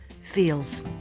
feels